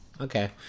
Okay